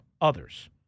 others